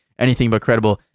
Anythingbutcredible